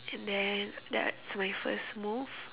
and then that's my first move